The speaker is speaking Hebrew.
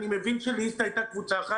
אני מבין שלאיסתא הייתה קבוצה אחת.